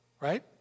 right